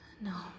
No